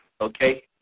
Okay